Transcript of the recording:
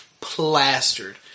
plastered